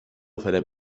فلم